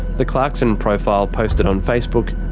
the clarkson profile posted on facebook,